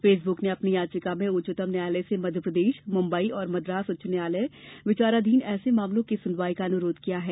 Facebook ने अपनी याचिका में उच्चतम न्यायालय से मध्यप्रदेश मुम्बई और मद्रास उच्च न्यायालय विचाराधीन ऐसे मामलों की सुनवाई का अनुरोध किया है